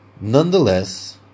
nonetheless